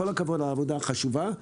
כל הכבוד על העבודה החשובה.